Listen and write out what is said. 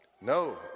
No